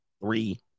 three